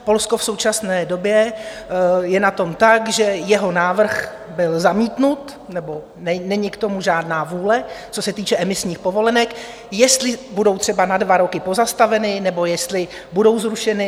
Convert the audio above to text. Polsko v současné době je na tom tak, že jeho návrh byl zamítnut, nebo není k tomu žádná vůle, co se týče emisních povolenek, jestli budou třeba na dva roky pozastaveny, nebo jestli budou zrušeny.